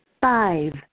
Five